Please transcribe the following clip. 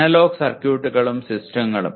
analogue സർക്യൂട്ടുകളും സിസ്റ്റങ്ങളും